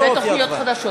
זה אותו אופי הצבעה.